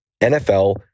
NFL